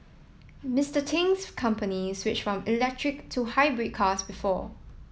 Mister Ting's company switched from electric to hybrid cars before